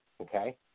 okay